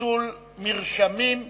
פיצול מרשמים),